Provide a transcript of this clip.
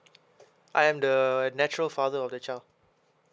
I am the natural father of the child